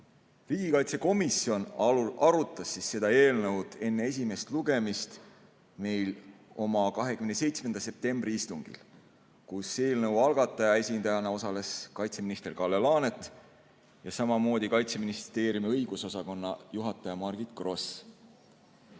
Riigikaitsekomisjon arutas seda eelnõu enne esimest lugemist oma 27. septembri istungil, kus eelnõu algataja esindajatena osalesid kaitseminister Kalle Laanet ja samamoodi Kaitseministeeriumi õigusosakonna juhataja Margit Gross.